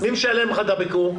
מי משלם לך את הביקור?